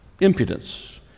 Impudence